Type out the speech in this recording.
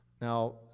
Now